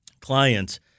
clients